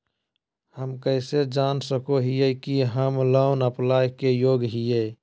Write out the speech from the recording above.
हम कइसे जान सको हियै कि हम लोन अप्लाई के योग्य हियै?